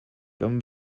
kan